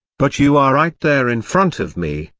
but you are right there in front of me,